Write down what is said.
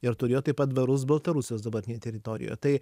ir turėjo taip pat dvarus baltarusijos dabartinėj teritorijoje tai